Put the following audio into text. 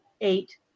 eight